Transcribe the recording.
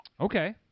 Okay